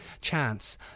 Chance